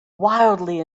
wildly